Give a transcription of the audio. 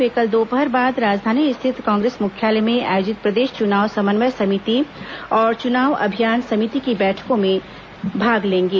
वे कल दोपहर बाद राजधानी स्थित कांग्रेस मुख्यालय में आयोजित प्रदेश चुनाव समन्वय समिति और चुनाव अभियान समिति की बैठकों में भाग लेंगे